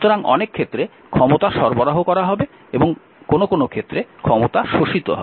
সুতরাং অনেক ক্ষেত্রে ক্ষমতা সরবরাহ করা হবে এবং অনেক ক্ষেত্রে ক্ষমতা শোষিত হবে